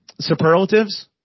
Superlatives